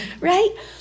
right